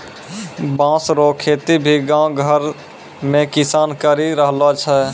बाँस रो खेती भी गाँव घर मे किसान करि रहलो छै